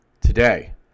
Today